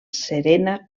serena